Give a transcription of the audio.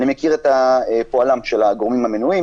אני מכיר את פועלם של הגורמים המנויים